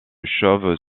chauve